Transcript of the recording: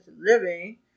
living